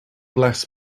bless